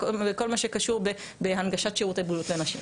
בכל מה שקשור בהנגשת שירותי בריאות לאנשים,